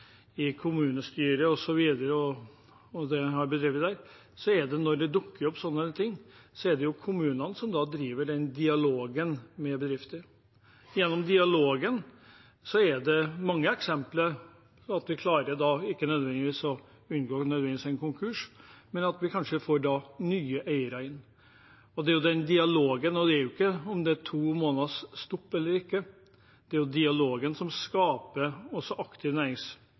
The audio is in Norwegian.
når det dukker opp sånne ting, er det jo kommunene som driver dialogen med bedrifter. Gjennom dialogen er det mange eksempler på at vi ikke nødvendigvis klarer å unngå en konkurs, men at vi kanskje får nye eiere inn, og det er jo den dialogen, ikke om det er to måneders stopp eller ikke, som skaper aktiv næringspolitikk. Jeg må si at jeg stusser litt når det i denne sal framføres at det er negativt å forenkle. For næringslivet er det særdeles positivt med forenklinger, vi får luket ut tidstyver, som